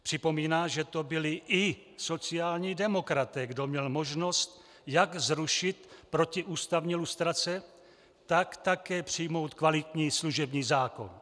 Připomíná, že to byli i sociální demokraté, kdo měl možnost jak zrušit protiústavní lustrace, tak také přijmout kvalitní služební zákon.